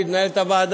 אדוני, בבקשה.